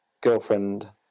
girlfriend